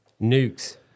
Nukes